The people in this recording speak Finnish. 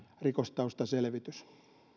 rikostaustaselvitys